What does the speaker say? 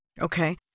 Okay